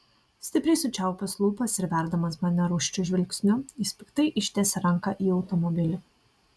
stipriai sučiaupęs lūpas ir verdamas mane rūsčiu žvilgsniu jis piktai ištiesia ranką į automobilį